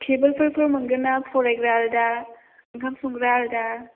टेबोलफोरफोर मोनगोन ना फरायग्रा आलदा ओंखाम संग्रा आलदा